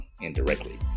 indirectly